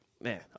Man